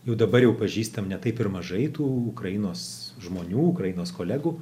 jau dabar jau pažįstam ne taip ir mažai tų ukrainos žmonių ukrainos kolegų